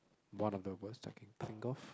one of the worst I can think of